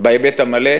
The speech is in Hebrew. בהיבט המלא.